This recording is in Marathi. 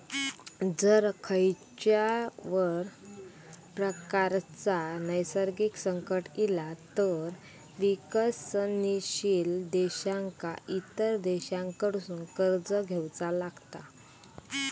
जर खंयच्याव प्रकारचा नैसर्गिक संकट इला तर विकसनशील देशांका इतर देशांकडसून कर्ज घेवचा लागता